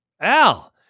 Al